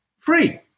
free